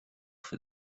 for